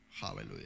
Hallelujah